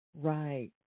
Right